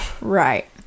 Right